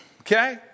okay